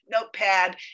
notepad